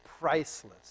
priceless